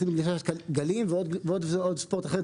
גלישת גלים ועוד סוגי ספורט אחרים,